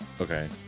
Okay